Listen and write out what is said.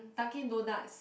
Dunkin Donuts